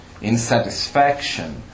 insatisfaction